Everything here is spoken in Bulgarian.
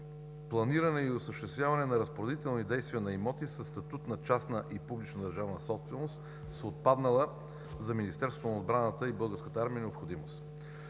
планиране и осъществяване на разпоредителни действия на имоти със статут на частна и публично-държавна собственост с отпаднала за Министерството на отбраната и Българската армия необходимост.